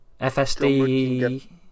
FSD